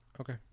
Okay